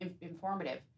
informative